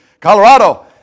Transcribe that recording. Colorado